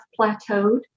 plateaued